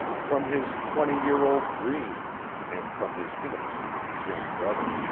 from his twenty-year-old dream and from his intimacy with his young brother.